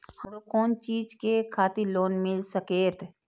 हमरो कोन चीज के खातिर लोन मिल संकेत?